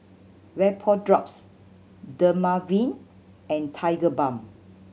Vapodrops Dermaveen and Tigerbalm